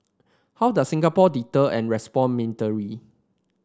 how does Singapore deter and respond militarily